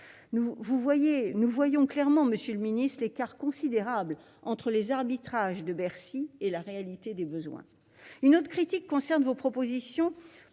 nous voyons clairement l'écart considérable entre les arbitrages de Bercy et la réalité des besoins. Une autre question concerne vos propositions